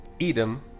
Edom